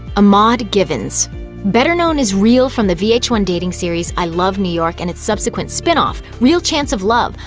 ahmad givens better known as real from the v h one dating series i love new york and its subsequent spin-off, real chance of love,